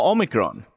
Omicron